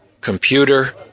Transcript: Computer